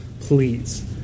Please